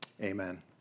Amen